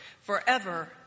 forever